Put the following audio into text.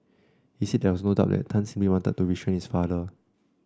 he said there was no doubt that Tan simply wanted to restrain his father